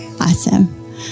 Awesome